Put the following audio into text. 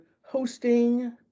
hosting